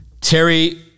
Terry